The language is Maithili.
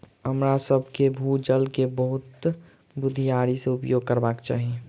हमरासभ के भू जल के बहुत बुधियारी से उपयोग करबाक चाही